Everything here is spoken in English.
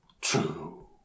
True